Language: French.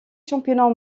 championnat